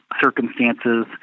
circumstances